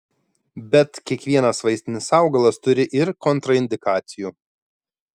bet kiekvienas vaistinis augalas turi ir kontraindikacijų